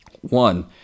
One